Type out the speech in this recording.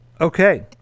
Okay